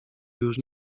już